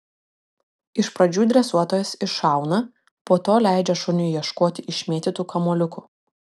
iš pradžių dresuotojas iššauna po to leidžia šuniui ieškoti išmėtytų kamuoliukų